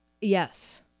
Yes